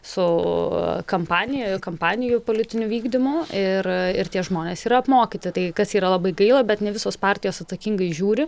su kampanijoje kampanijų politiniu vykdymu ir ir tie žmonės yra apmokyti tai kas yra labai gaila bet ne visos partijos atsakingai žiūri